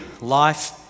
life